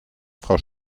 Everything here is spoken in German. frau